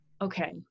okay